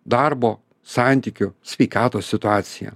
darbo santykių sveikatos situacija